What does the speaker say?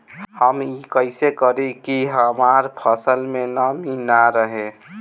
हम ई कइसे करी की हमार फसल में नमी ना रहे?